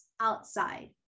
outside